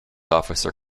officer